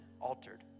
altered